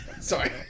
Sorry